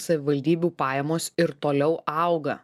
savivaldybių pajamos ir toliau auga